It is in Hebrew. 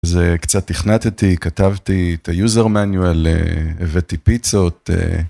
זה קצת תכנתתי כתבתי את ה-user manual, הבאתי פיצות.